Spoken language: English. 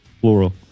plural